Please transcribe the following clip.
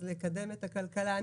לקדם את הכלכלה.